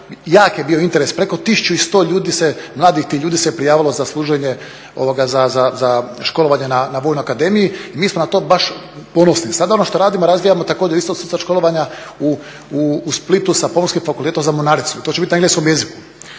jak je bio interes, preko 1100 ljudi tih mladih ljudi se prijavilo za služenje, za školovanje na vojnoj akademiji i mi smo na to baš ponosni. Sad ono što radimo, razvijamo također sustav školovanja u Splitu sa Pomorskim fakultetom za Mornaricu i to će bit na engleskom jeziku.